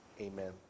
Amen